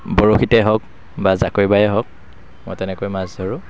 বৰশীতে হওক বা জাকৈ বায়ে হওক মই তেনেকৈয়ে মাছ ধৰোঁ